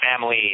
family